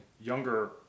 younger